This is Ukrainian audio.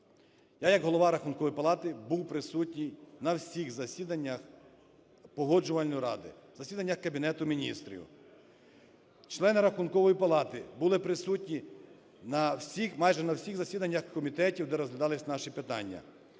Я як Голова Рахункової палати був присутній на всіх засіданнях Погоджувальної ради, засіданнях Кабінету Міністрів. Члени Рахункової плати були присутні на всіх, майже на всіх засіданнях комітетів, де розглядались наші питання.